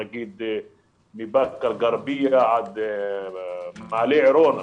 מבקא אל-גרביה עד מעלה עירון,